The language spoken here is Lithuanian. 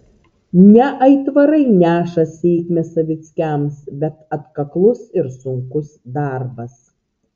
ne aitvarai neša sėkmę savickiams bet atkaklus ir sunkus darbas